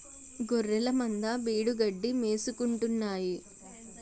గొఱ్ఱెలమంద బీడుగడ్డి మేసుకుంటాన్నాయి